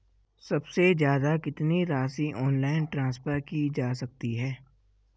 सबसे ज़्यादा कितनी राशि ऑनलाइन ट्रांसफर की जा सकती है?